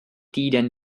týden